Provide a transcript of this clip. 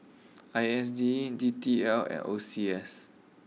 I S D and D T L and O C S